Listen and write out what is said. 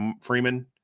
Freeman